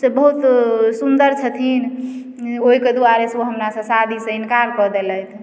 से बहुत सुन्दर छथिन ओइके दुआरे से ओ हमरासँ शादीसँ इनकार कऽ देलथि